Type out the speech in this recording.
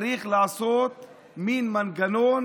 צריך לעשות מין מנגנון